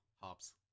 Hops